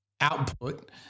output